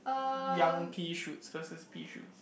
young pea shoots versus pea shoots